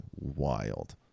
wild